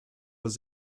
was